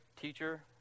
teacher